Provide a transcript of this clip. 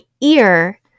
ear